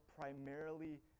primarily